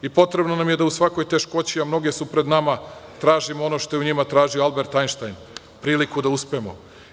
I potrebno nam je da u svakoj teškoći, a mnoge su pred nama, tražimo ono što je u njima tražio Albert Ajnštajn – priliku da uspemo.